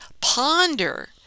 ponder